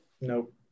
Nope